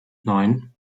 neun